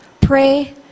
pray